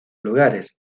lugares